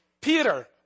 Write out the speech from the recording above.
Peter